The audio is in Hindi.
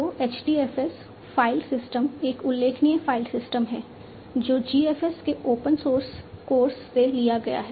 तो HDFS फाइल सिस्टम एक उल्लेखनीय फाइल सिस्टम है जो GFS के ओपन सोर्स कोर्स से लिया गया है